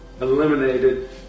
eliminated